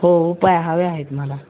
हो उपाय हवे आहेत मला